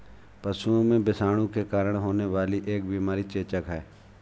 पशुओं में विषाणु के कारण होने वाली एक बीमारी चेचक है